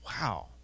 Wow